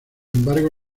embargo